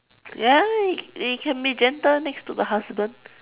ya it it can be gentle next to the husband